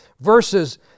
verses